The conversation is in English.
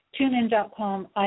TuneIn.com